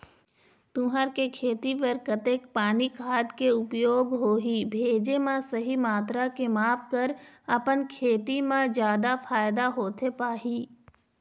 तुंहर के खेती बर कतेक पानी खाद के उपयोग होही भेजे मा सही मात्रा के माप कर अपन खेती मा जादा फायदा होथे पाही?